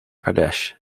pradesh